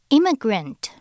Immigrant